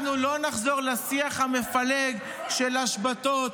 אנחנו לא נחזור לשיח המפלג של השבתות,